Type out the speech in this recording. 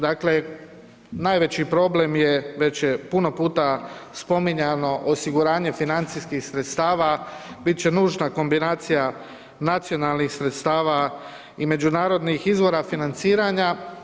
Dakle, najveći problem je, već je puno puta spominjano osiguranje financijskih sredstava, bit će nužna kombinacija nacionalnih sredstava i međunarodnih izvora financiranja.